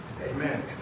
Amen